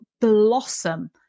blossom